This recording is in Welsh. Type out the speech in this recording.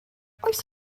oes